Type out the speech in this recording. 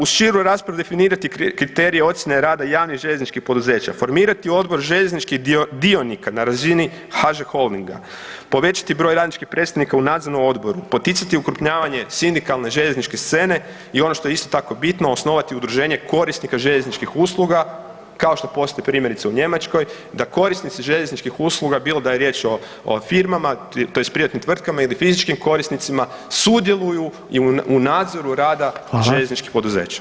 U širu raspravu definirati kriterije ocjene rada javnih željezničkih poduzeća, formirati odbor željezničkih dionika na razini HŽ Holdinga, povećati broj radničkih predstavnika u nadzornom odboru, poticati okrupnjavanje sindikalne željezničke scene i ono što je isto tako bitno, osnovati udruženje korisnika željezničkih usluga kao što postoji primjerice u Njemačkoj da korisnici željezničkih usluga bilo da je riječ o firmama, tj. privatnim tvrtkama ili fizičkim korisnicima sudjeluju i u nadzoru rada željezničkih poduzeća.